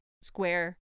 square